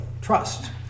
trust